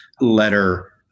letter